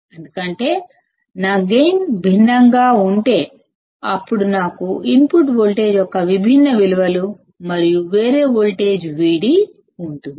ఎందుకంటే నా గైన్ భిన్నంగా ఉంటే అప్పుడు నాకు ఇన్పుట్ వోల్టేజ్ యొక్క విభిన్న విలువలు మరియు వేరే వోల్టేజ్ Vd ఉంటుంది